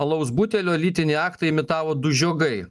alaus butelio lytinį aktą imitavo du žiogai